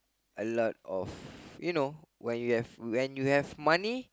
a lot of you know when you have when you have money